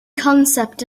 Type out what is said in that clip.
concept